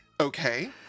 okay